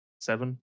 seven